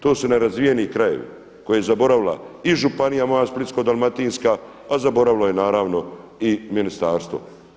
To su nerazvijeni krajevi koje je zaboravila i županija moja Splitsko-dalmatinska, pa zaboravilo je naravno i Ministarstvo.